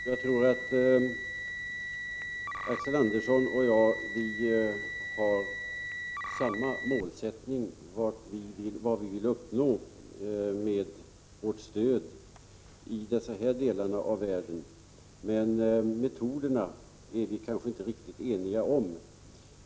Herr talman! Jag tror att Axel Andersson och jag har samma målsättning när det gäller vad vi vill uppnå med vårt stöd till dessa delar av världen, men metoderna är vi kanske inte riktigt eniga om.